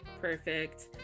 Perfect